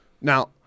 Now